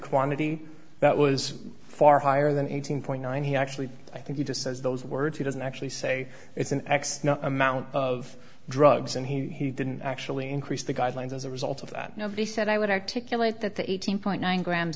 quantity that was far higher than eighteen point nine he actually i think he just says those words he doesn't actually say it's an x amount of drugs and he didn't actually increase the guidelines as a result of that nobody said i would articulate that the eighteen point nine gra